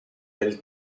del